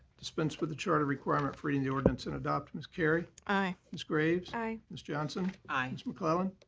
dispense with the charter requirement for reading the ordinance and adopt. ms. carry. aye. ms. graves. aye. ms. johnson. aye. ms. mcclellan.